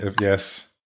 Yes